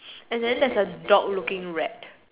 and then there's a dog looking rat